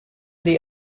the